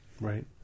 Right